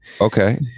Okay